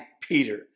Peter